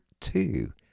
two